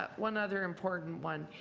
ah one other important one.